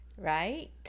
right